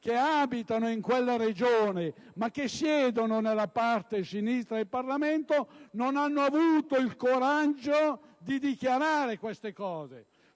che abitano in quella Regione, ma che siedono nella parte sinistra dell'Aula, non abbiamo avuto il coraggio di dichiarare queste cose.